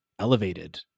elevated